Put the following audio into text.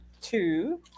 two